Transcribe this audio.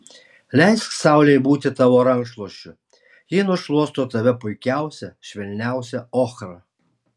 leisk saulei būti tavo rankšluosčiu ji nušluosto tave puikiausia švelniausia ochra